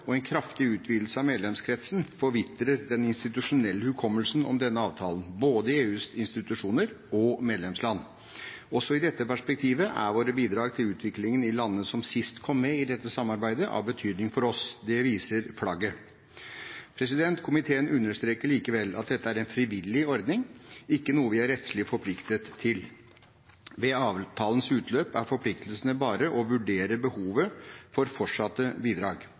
og en kraftig utvidelse av medlemskretsen forvitrer den institusjonelle hukommelsen om denne avtalen, i både EUs institusjoner og EUs medlemsland. Også i dette perspektivet er våre bidrag til utviklingen i landene som sist kom med i dette samarbeidet, av betydning for oss. Det viser flagget. Komiteen understreker likevel at dette er en frivillig ordning, ikke noe vi er rettslig forpliktet til. Ved avtalens utløp er forpliktelsen bare å vurdere behovet for fortsatte bidrag.